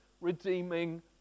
redeeming